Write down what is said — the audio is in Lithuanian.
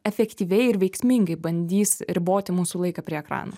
efektyviai ir veiksmingai bandys riboti mūsų laiką prie ekranų